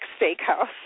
Steakhouse